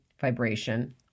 vibration